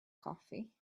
coffee